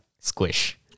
Squish